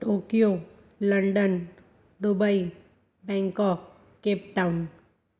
Tokyo London Dubai Bangkok Cape Town